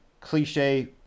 cliche